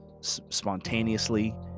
spontaneously